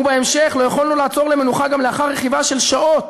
ובהמשך: לא יכולנו לעצור למנוחה גם לאחר רכיבה של שעות.